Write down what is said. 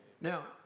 Now